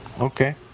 okay